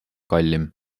kallim